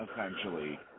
essentially